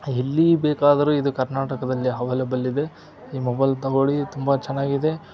ಎಲ್ಲಿ ಬೇಕಾದರೂ ಇದು ಕರ್ನಾಟಕದಲ್ಲಿ ಹವೈಲೇಬಲ್ ಇದೆ ಈ ಮೊಬೈಲ್ ತೊಗೋಳಿ ತುಂಬ ಚೆನ್ನಾಗಿದೆ